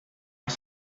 las